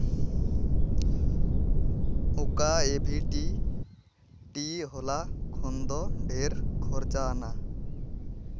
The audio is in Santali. ᱚᱠᱟ ᱮ ᱵᱷᱤ ᱴᱤ ᱴᱤ ᱦᱚᱞᱟ ᱠᱷᱚᱱ ᱫᱚ ᱰᱷᱮᱨ ᱠᱷᱚᱨᱪᱟ ᱟᱱᱟ